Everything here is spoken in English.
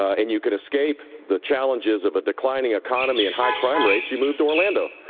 and you can escape the challenges of a declining economy and high crime rates, you move to orlando.